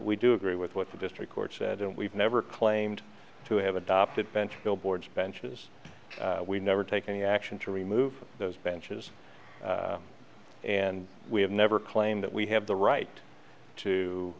we do agree with what the district court said and we've never claimed to have adopted bench billboards benches we never take any action to remove those benches and we have never claimed that we have the right to